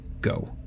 go